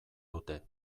dute